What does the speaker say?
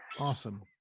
Awesome